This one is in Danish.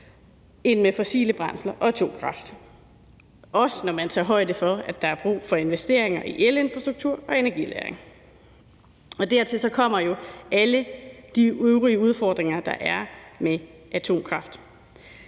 end med fossile brændsler og atomkraft. Det er det også, når man tager højde for, at der er brug for investeringer i elinfrastruktur og energilagring. Dertil kommer jo alle de øvrige udfordringer, der er i